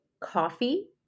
coffee